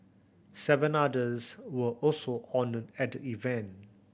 seven others were also honoured at the event